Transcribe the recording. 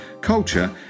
culture